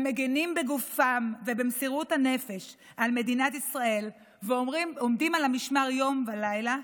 המגינים בגופם ובמסירות נפש על מדינת ישראל ועומדים על המשמר יום ולילה,